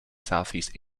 southeast